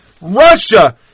Russia